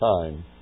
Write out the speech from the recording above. time